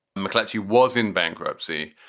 mcclatchy was in bankruptcy.